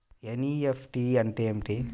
NEFT అంటే ఏమిటీ?